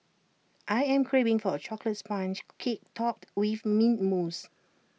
I am craving for A Chocolate Sponge Cake Topped with Mint Mousse